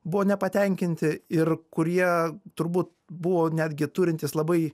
buvo nepatenkinti ir kurie turbūt buvo netgi turintys labai